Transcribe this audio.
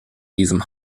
diesem